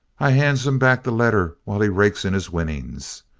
i hands him back the letter while he rakes in his winnings.